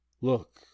look